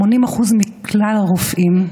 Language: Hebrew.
80% מכלל הרופאים,